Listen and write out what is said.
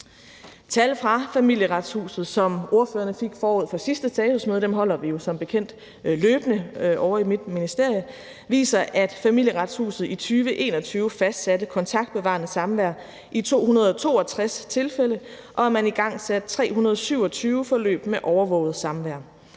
Tal fra Familieretshuset, som ordførerne fik forud for sidste statusmøde – dem holder vi jo som bekendt løbende ovre i mit ministerium – viser, at Familieretshuset i 2021 fastsatte kontaktbevarende samvær i 262 tilfælde, og at man igangsatte 327 forløb med overvåget samvær.